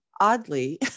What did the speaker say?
oddly